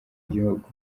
gihugu